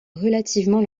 relativement